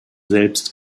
selbst